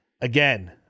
again